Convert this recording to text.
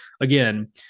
again